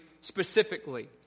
specifically